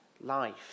life